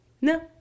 No